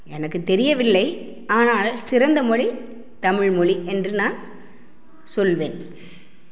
எனக்கு தெரியவில்லை ஆனால் சிறந்த மொழி தமிழ்மொழி என்று நான் சொல்வேன்